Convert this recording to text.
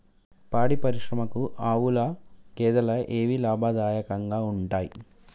పాడి పరిశ్రమకు ఆవుల, గేదెల ఏవి లాభదాయకంగా ఉంటయ్?